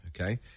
Okay